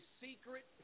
secret